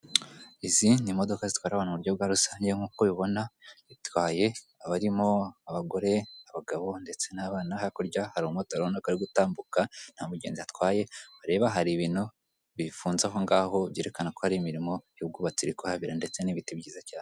Izi ni imodoka zitwara abantu mu buryo bwa rusange nkuko ubibona zitwaye abarimo abagore abagabo ndetse n'abana, hakurya hari umumotari ubona ko ari gutambuka ntamugenzi atwaye aho ureba hari ibintu bifunze ubona ko hari imirimo y'ubwubatsi ubona ko irikuhabera ndetse n'ibiti byiza cyane.